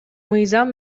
мыйзам